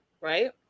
right